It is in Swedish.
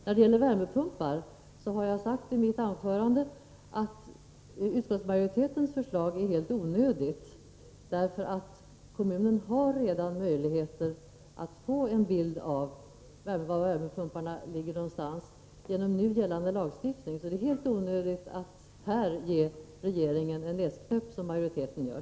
När det gäller värmepumpar har jag i mitt anförande sagt att utskottsmajoritetens förslag är helt onödigt. Kommunerna har ju möjlighet att nu få en bild av var värmepumparna ligger. Så det är helt onödigt att här ge regeringen en näsknäpp, som majoriteten gör.